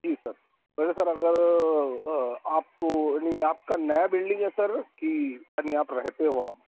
جی sir ویسے sir اگر آپ کو نہیں آپ کا نیا بلڈنگ ہے سر کہ یعنی آپ رہتے ہو وہاں